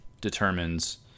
determines